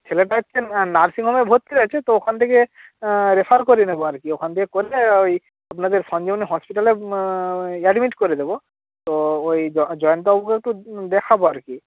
ছেলেটা হচ্ছে নার্সিং হোমে ভর্তি রয়েছে তো ওখান থেকে রেফার করিয়ে নেবো আর কি ওখান দিয়ে করিয়ে ওই আপনাদের সঞ্জীবনী হসপিটালে ওই অ্যাডমিট করিয়ে দেবো তো ওই জয়ন্ত বাবুকে একটু দেখাবো আর কি